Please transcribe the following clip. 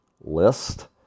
list